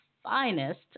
finest